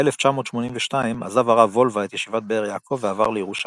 ב-1982 עזב הרב וולבה את ישיבת באר יעקב ועבר לירושלים.